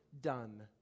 done